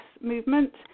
movement